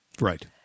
right